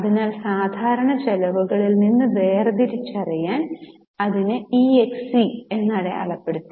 അതിനാൽ സാധാരണ ചെലവുകളിൽ നിന്ന് വേർതിരിച്ചറിയാൻ ഞാൻ അതിനെ EXC എന്ന് അടയാളപ്പെടുത്തി